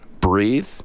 breathe